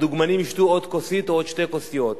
הדוגמנים ישתו עוד כוסית או עוד שתי כוסיות.